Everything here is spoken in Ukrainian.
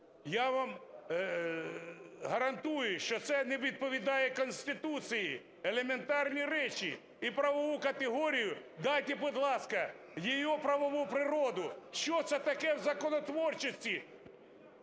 Я вам гарантую, що це не відповідає Конституції, елементарні речі. І правову категорію дайте, будь ласка, її правову природу. Що це таке в законотворчості?